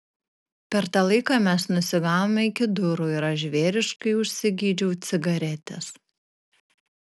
per tą laiką mes nusigavome iki durų ir aš žvėriškai užsigeidžiau cigaretės